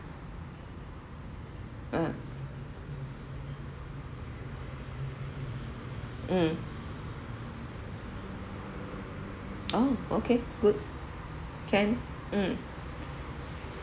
ah mm orh okay good can mm